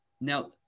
Now